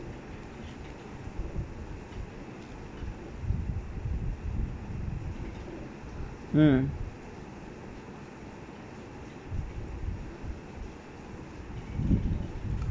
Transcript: hmm